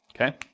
Okay